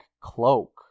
cloak